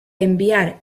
enviar